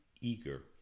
eager